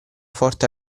forte